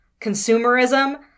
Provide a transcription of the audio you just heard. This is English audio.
consumerism